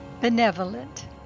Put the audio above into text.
Benevolent